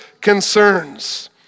concerns